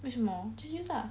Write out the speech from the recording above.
为什么 just use lah